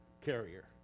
carrier